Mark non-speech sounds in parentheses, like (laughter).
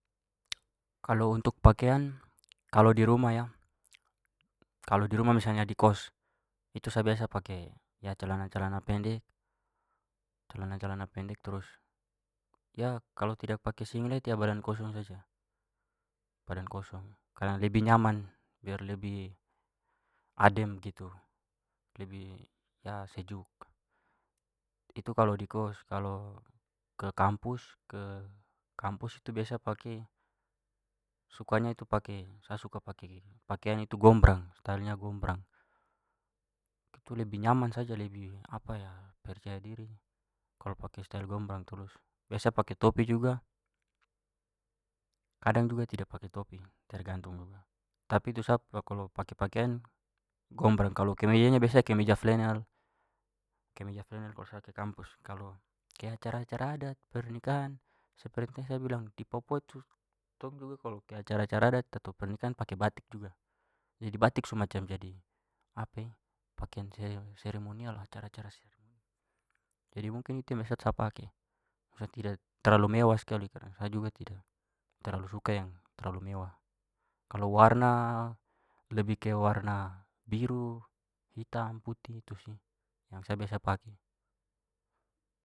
Kalau untuk pakaian, kalau di rumah ya, kalau di rumah misalnya di kost itu sa biasa pakai ya celana-celana pendek- celana-celana pendek trus (hesitation) kalau tidak pakai singlet ya badan kosong saja- badan kosong karena lebih nyaman. Biar lebih adem begitu. Lebih (hesitation) sejuk. Itu kalau di kost. Kalau ke kampus- ke kampus tu biasa pakai- sukanya tu pakai- sa suka pakai pakaian itu gombrang, stylenya gombrang. Itu lebih nyaman saja, lebih (hesitation) percaya diri kalau pakai style gombrang terus. Biasa pakai topi juga kadang juga tidak pakai topi. Tergantung. Tapi tu sa kalau pakai pakaian gombrang. Kalau kemejanya biasa kemeja flanel- kemeja flanel kalau sa ke kampus. Kalau ke acara-acara adat, pernikahan, seperti yang tadi sa bilang, di papua tu tong juga kalau ke acara-acara adat atau pernikahan pakai batik juga. Jadi batik semacam jadi (hesitation) pakaian seremonial- acara-acara seremonial. Jadi mungkin itu yang (unintelligible) sa pakai. Sa tidak terlalu mewah sekali (unintelligible) karena sa juga tidak terlalu suka yang terlalu mewah. Kalau warna lebih ke warna biru, hitam, putih, itu sih yang sa biasa pakai.